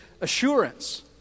assurance